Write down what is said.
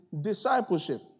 discipleship